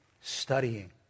studying